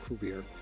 career